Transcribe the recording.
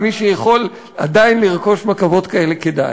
מי שיכול עדיין לרכוש מגבות כאלה, כדאי.